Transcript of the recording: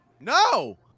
No